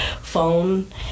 phone